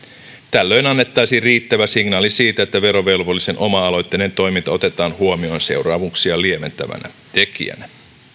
tällöin annettaisiin riittävä signaali siitä että verovelvollisen oma aloitteinen toiminta otetaan huomioon seuraamuksia lieventävänä tekijänä